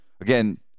Again